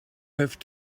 have